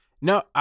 No